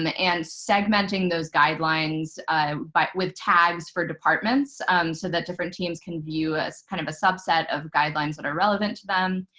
and and segmenting those guidelines but with tags for departments so that different teams can view as kind of a subset of guidelines that are relevant to them,